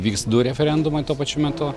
vyks du referendumai tuo pačiu metu